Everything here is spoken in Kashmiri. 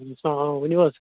آ ؤنِو حظ